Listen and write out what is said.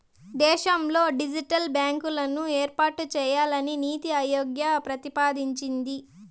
దేశంలో డిజిటల్ బ్యాంకులను ఏర్పాటు చేయాలని నీతి ఆయోగ్ ప్రతిపాదించింది